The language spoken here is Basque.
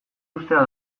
uztea